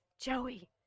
Joey